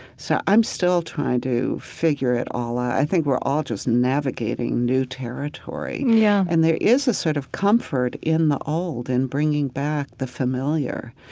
so i'm still trying to figure it all out. i think we're all just navigating new territory. yeah and there is a sort of comfort in the old and bringing back the familiar.